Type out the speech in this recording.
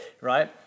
right